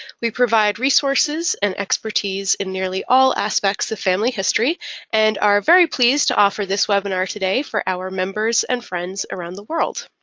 we provide resources and expertise in nearly all aspects of family history and are very pleased to offer this webinar today for our members and friends around the world.